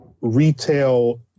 retail